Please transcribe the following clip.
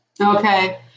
Okay